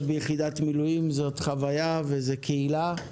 ביחידת מילואים זאת חוויה וזאת קהילה,